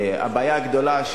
הבעיה הגדולה,